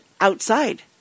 outside